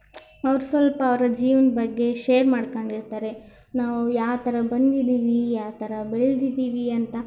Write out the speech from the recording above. ಅವ್ರು ಸ್ವಲ್ಪ ಅವರ ಜೀವನದ ಬಗ್ಗೆ ಶೇರ್ ಮಾಡ್ಕೊಂಡಿರ್ತಾರೆ ನಾವು ಯಾವ್ತರ ಬಂದಿದ್ದೀವಿ ಯಾವ್ತರ ಬೆಳೆದಿದ್ದೀವಿ ಅಂತ